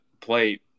play